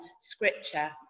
scripture